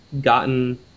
gotten